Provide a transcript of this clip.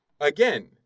Again